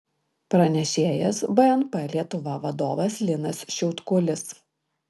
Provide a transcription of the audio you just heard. pranešėjas bnp lietuva vadovas linas šiautkulis